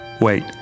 Wait